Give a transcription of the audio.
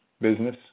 business